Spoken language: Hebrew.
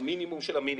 במינימום של המינימום.